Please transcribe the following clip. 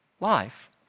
life